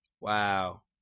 Wow